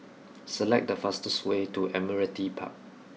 select the fastest way to Admiralty Park